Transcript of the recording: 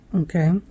Okay